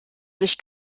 sich